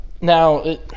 Now